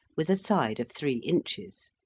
with a side of three inches,